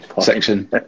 section